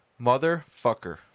Motherfucker